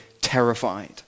terrified